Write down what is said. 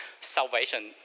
salvation